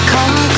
Come